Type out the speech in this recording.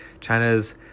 China's